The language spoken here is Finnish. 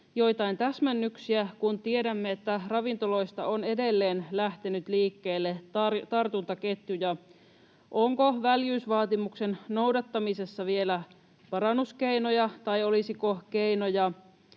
joitain täsmennyksiä, kun tiedämme, että ravintoloista on edelleen lähtenyt liikkeelle tartuntaketjuja. Onko väljyysvaatimuksen noudattamisessa vielä parannuskeinoja, tai olisiko keinoja